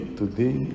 today